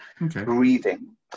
breathing